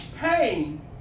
Pain